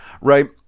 right